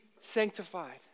sanctified